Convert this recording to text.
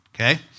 okay